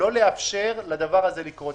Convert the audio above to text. חייבים לא לאפשר לדבר הזה לקרות.